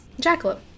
jackalope